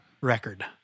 record